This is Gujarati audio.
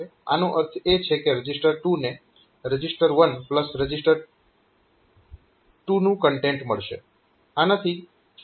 આનો અર્થ એ છે કે રજીસ્ટર 2 ને રજીસ્ટર 1રજીસ્ટર 2 નું કન્ટેન્ટ મળશે